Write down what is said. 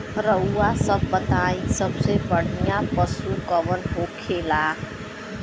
रउआ सभ बताई सबसे बढ़ियां पशु कवन होखेला?